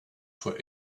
for